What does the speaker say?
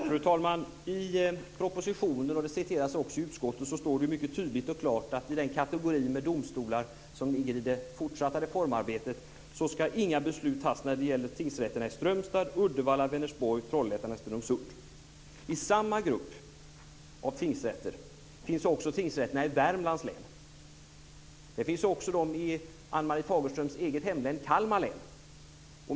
Fru talman! I propositionen - och det citeras också av utskottet - står det mycket tydligt och klart, när det gäller den kategori av domstolar som ligger i det fortsatta reformarbetet, att inga beslut ska fattas i fråga om tingsrätterna i Strömstad, Uddevalla, Vänersborg, Trollhättan och Strömsund. I samma grupp av tingsrätter finns också tingsrätterna i Värmlands län. Där finns också de i Ann-Marie Fagerströms eget hemlän, Kalmar.